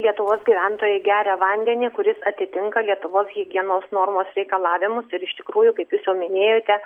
lietuvos gyventojai geria vandenį kuris atitinka lietuvos higienos normos reikalavimus ir iš tikrųjų kaip jūs jau minėjote